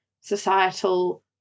societal